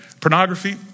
pornography